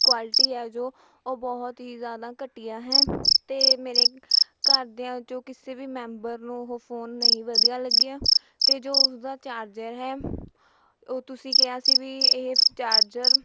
quality ਹੈ ਜੋ ਉਹ ਬਹੁਤ ਹੀ ਜ਼ਿਆਦਾ ਘਟੀਆ ਹੈ ਅਤੇ ਮੇਰੇ ਘਰਦਿਆਂ 'ਚੋਂ ਕਿਸੇ ਵੀ ਮੈਂਬਰ ਨੂੰ ਉਹ ਫ਼ੋਨ ਨਹੀਂ ਵਧੀਆ ਲੱਗਿਆ ਅਤੇ ਜੋ ਉਸਦਾ ਚਾਰਜਰ ਹੈ ਉਹ ਤੁਸੀਂ ਕਿਹਾ ਸੀ ਵੀ ਇਹ ਚਾਰਜਰ